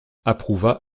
approuva